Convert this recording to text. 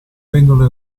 vengono